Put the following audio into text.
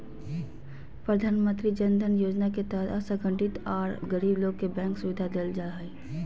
प्रधानमंत्री जन धन योजना के तहत असंगठित आर गरीब लोग के बैंक सुविधा देल जा हई